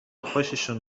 خوششون